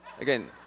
Again